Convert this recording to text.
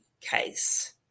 case